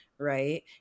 Right